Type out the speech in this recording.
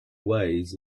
ways